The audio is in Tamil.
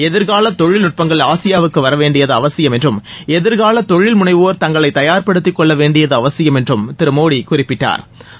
எதிர்கால தொழில்நுட்பங்கள் ஆசியாவுக்கு வரவேண்டியது அவசியம் என்றும் எதிர்கால தொழில்முனைவோா் தங்களை தயாா்படுத்திக் கொள்ள வேண்டியது அவசியம் என்றும் திரு நரேந்திர மோடி குறிப்பிட்டா்